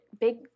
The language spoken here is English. big